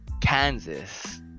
Kansas